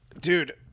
Dude